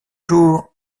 jours